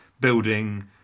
building